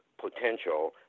potential